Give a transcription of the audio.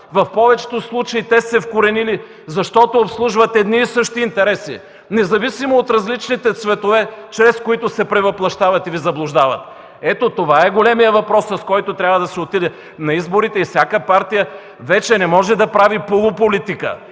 В повечето случаи те са се вкоренили, защото обслужват едни и същи интереси, независимо от различните цветове, чрез които се превъплъщават и Ви заблуждават. Ето това е големият въпрос, с който трябва да се отиде на изборите и всяка партия вече не може да прави полуполитика.